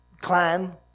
clan